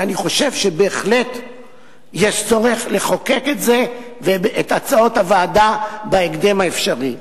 ואני חושב שבהחלט יש צורך לחוקק את הצעות הוועדה בהקדם האפשרי.